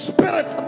Spirit